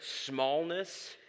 smallness